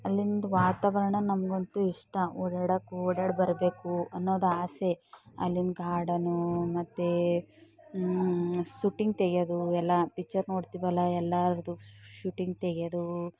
ಅಲ್ಲಿಂದು ವಾತಾವರಣ ನಮಗಂತೂ ಇಷ್ಟ ಓಡಾಡೋಕೂ ಓಡಾಡಿ ಬರಬೇಕು ಅನ್ನೋದು ಆಸೆ ಅಲ್ಲಿನ ಗಾರ್ಡನ್ನು ಮತ್ತೆ ಸೂಟಿಂಗ್ ತೆಗೆಯೋದು ಎಲ್ಲ ಪಿಚ್ಚರ್ ನೋಡ್ತೀವಲ್ಲ ಎಲ್ರದ್ದು ಶೂಟಿಂಗ್ ತೆಗೆಯೋದು